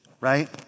right